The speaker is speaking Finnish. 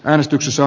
äänestyksessä